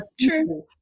true